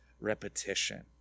repetition